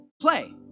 play